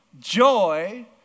joy